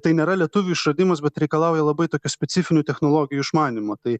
tai nėra lietuvių išradimas bet reikalauja labai tokių specifinių technologijų išmanymo tai